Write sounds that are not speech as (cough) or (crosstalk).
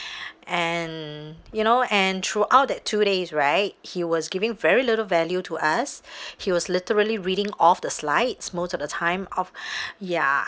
(breath) and you know and throughout that two days right he was giving very little value to us (breath) he was literally reading off the slides most of the time off (breath) ya